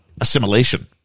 assimilation